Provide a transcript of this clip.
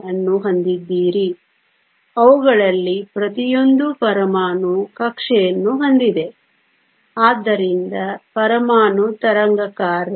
ಅನ್ನು ಹೊಂದಿದ್ದೀರಿ ಅವುಗಳಲ್ಲಿ ಪ್ರತಿಯೊಂದೂ ಪರಮಾಣು ಕಕ್ಷೆಯನ್ನು ಹೊಂದಿದೆ ಆದ್ದರಿಂದ ಪರಮಾಣು ತರಂಗ ಕಾರ್ಯ